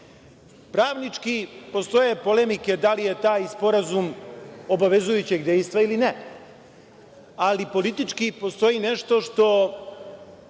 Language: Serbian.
Pravnički postoje polemike da li je taj Sporazum obavezujućeg dejstva ili ne, ali politički postoji nešto što,